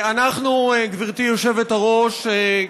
גברתי היושבת-ראש,